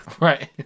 Right